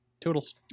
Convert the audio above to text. toodles